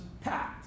packed